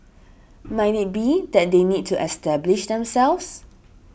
might it be that they need to establish themselves